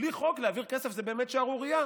בלי חוק להעביר כסף זה באמת שערורייה.